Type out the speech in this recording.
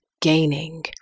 gaining